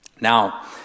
Now